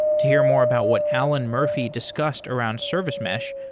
to hear more about what alan murphy discussed around service mesh,